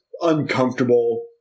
uncomfortable